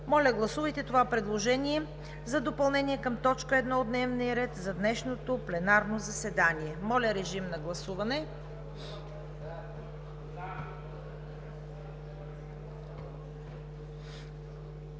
Моля, гласувайте това предложение за допълнение към точка първа от дневния ред за днешното пленарно заседание. Моля, режим на гласуване.